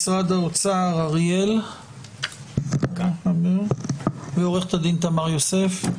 האוצר, אריאל הבר ועורכת הדין תמר יוסף.